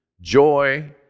Joy